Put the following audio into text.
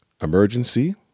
Emergency